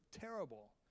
terrible